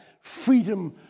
freedom